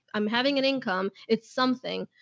i'm having an income. it's something.